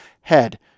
head